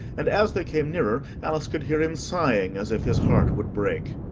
and, as they came nearer, alice could hear him sighing as if his heart would break.